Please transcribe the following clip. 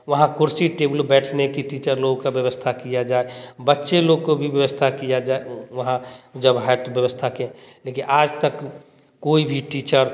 वहां कुर्सी टेबल बैठने की टीचर लोगों का व्यवस्था किया जाए बच्चे लोगों को भी व्यवस्था किया जाए वहाँ जब हट कि व्यवस्था किया आज तक कोई भी टीचर